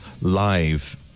live